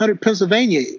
Pennsylvania